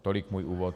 Tolik můj úvod.